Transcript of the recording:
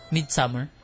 Midsummer